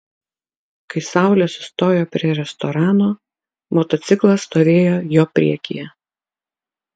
kai saulė sustojo prie restorano motociklas stovėjo jo priekyje